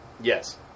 Yes